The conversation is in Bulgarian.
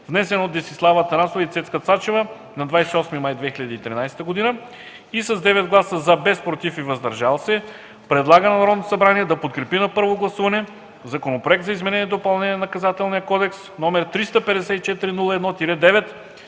внесен от Десислава Атанасова и Цецка Цачева на 28 май 2013 г. С 9 гласа „за”, без „против” и „въздържал се”, предлага на Народното събрание да подкрепи на първо гласуване Законопроект за изменение и допълнение на Наказателния кодекс, № 354-01-9,